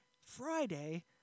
Friday